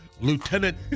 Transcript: Lieutenant